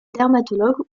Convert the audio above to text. dermatologue